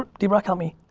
um drock, help me.